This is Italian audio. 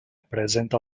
presenta